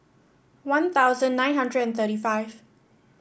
One Thousand nine hundred and thirty five